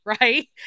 right